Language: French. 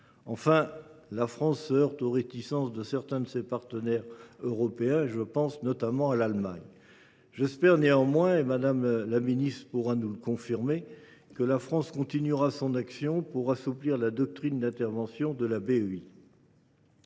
Enfin, la France se heurte aux réticences de certains de ses partenaires européens ; je pense notamment à l’Allemagne. J’espère néanmoins, et Mme la ministre pourra nous le confirmer, que la France continuera son action pour assouplir la doctrine d’intervention de la